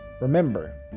Remember